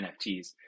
nfts